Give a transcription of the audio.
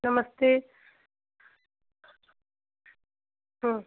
नमस्ते हं